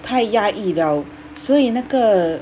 太压抑 liao 所以那个